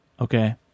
Okay